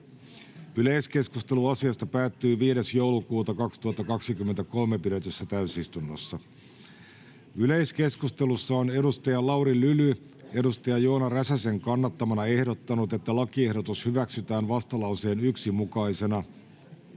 Yleiskeskustelu asiasta päättyi 5.12.2023 pidetyssä täysistunnossa. Yleiskeskustelussa Lauri Lyly on Joona Räsäsen kannattamana ehdottanut, että lakiehdotus hyväksytään vastalauseen 1 mukaisena,